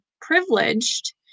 privileged